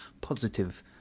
positive